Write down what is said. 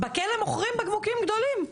בכלא מוכרים בקבוקים גדולים.